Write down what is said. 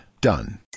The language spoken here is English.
Done